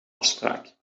afspraak